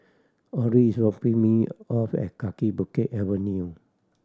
Autry is dropping me off at Kaki Bukit Avenue